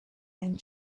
and